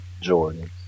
Jordan